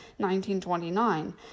1929